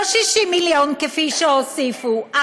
לא 60 מיליון כפי שהוסיפו,